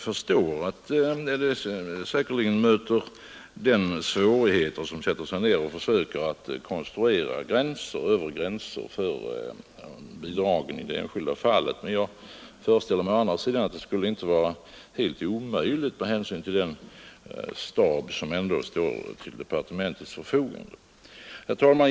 Herr talman! Jag förstår att svårigheter möter dem som sätter sig ned och försöker konstruera gränser för bidragen i de enskilda fallen. Men jag föreställer mig å andra sidan att det inte skulle vara helt omöjligt med hänsyn till den stab som står till departementets förfogande. Herr talman!